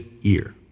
year